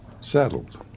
settled